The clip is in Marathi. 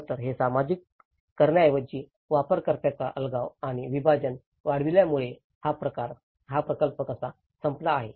खरं तर हे सामाजिक करण्याऐवजी वापरकर्त्यांचा अलगाव आणि विभाजन वाढविण्यामुळे हा प्रकल्प कसा संपला आहे